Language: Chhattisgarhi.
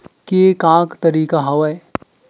के का तरीका हवय?